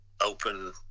open